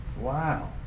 Wow